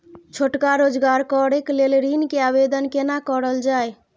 छोटका रोजगार करैक लेल ऋण के आवेदन केना करल जाय?